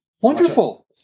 Wonderful